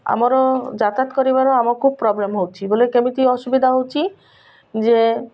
ଆମର ଯାତାୟାତ କରିବାର ଆମକୁୁ ପ୍ରୋବ୍ଲେମ୍ ହେଉଛି ବୋଲେ କେମିତି ଅସୁବିଧା ହେଉଛି ଯେ